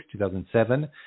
2007